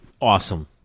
Awesome